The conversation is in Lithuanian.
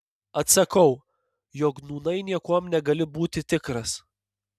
atsakau jog nūnai niekuom negali būti tikras